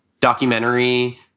documentary